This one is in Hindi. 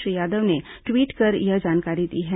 श्री यादव ने ट्वीट कर इसकी जानकारी दी है